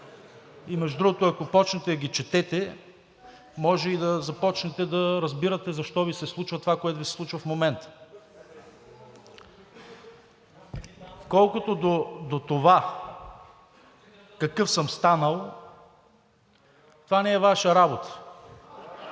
Между другото, ако почнете да ги четете, може и да започнете да разбирате защо Ви се случва това, което Ви се случва в момента. Колкото до това какъв съм станал? Това не е Ваша работа.